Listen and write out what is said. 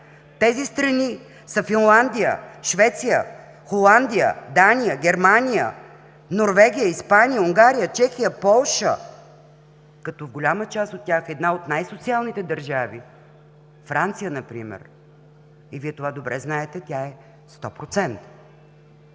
Тези страни са Финландия, Швеция, Холандия, Дания, Германия, Норвегия, Испания, Унгария, Чехия, Полша, като в голяма част от тях, в една от най-социалните държави – Франция например – Вие добре знаете, тя е 100%.